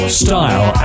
style